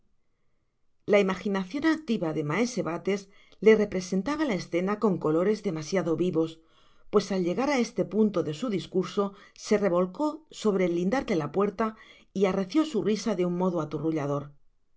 la imaginacion activa de maese bates le representaba la escena con colores demasiado vivos pues al llegar á este punto de su discurso se revolcó sobre el lindar de la puerta y arreció su risa de un modo aturrüllador